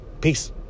Peace